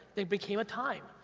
they became a time,